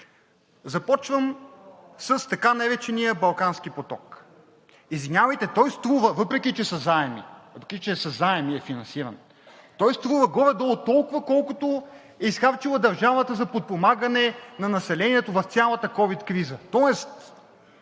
Започвам с така наречения „Балкански поток“. Извинявайте, той струва, въпреки че са заеми, със заеми е финансиран, той струва горе-долу толкова, колкото е изхарчила държавата за подпомагане на населението в цялата ковид криза.